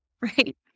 right